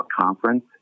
conference